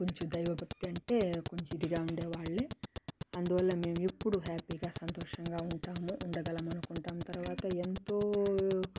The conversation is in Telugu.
కొంచెం దైవ భక్తి అంటే కొంచెం ఇదిగా ఉండేవాళ్ళే అందువల్ల మేం ఎప్పుడూ హ్యాపీగా సంతోషంగా ఉంటాము ఉండగలము అనుకుంటాం తరవాత ఎంతో